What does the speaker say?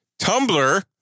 Tumblr